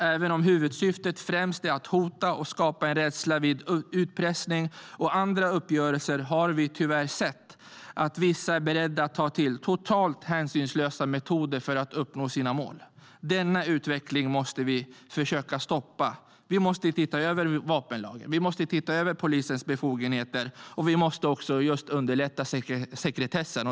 Även om huvudsyftet främst är att hota och skapa rädsla vid utpressning och andra uppgörelser har vi tyvärr sett att vissa är beredda att ta till totalt hänsynslösa metoder för att uppnå sina mål. Denna utveckling måste vi försöka stoppa. Vi måste se över vapenlagen och polisens befogenheter, och vi måste också lätta på sekretessen.